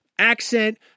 Accent